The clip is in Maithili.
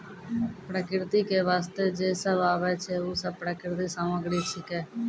प्रकृति क वास्ते जे सब आबै छै, उ सब प्राकृतिक सामग्री छिकै